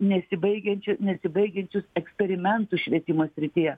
nesibaigiančių nesibaigiančius eksperimentus švietimo srityje